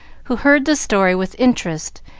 who heard the story with interest,